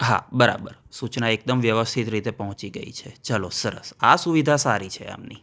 હા બરાબર સૂચના એકદમ વ્યવસ્થિત રીતે પહોંચી ગઈ છે ચલો સરસ આ સુવિધા સારી છે આમની